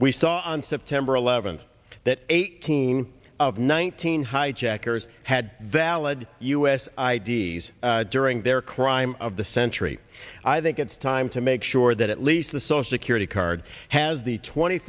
we saw on september eleventh that eighteen of nineteen hijackers had balad u s ids during their crime of the century i think it's time to make sure that at least the source security card has the twenty